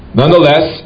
nonetheless